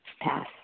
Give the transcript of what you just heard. Pass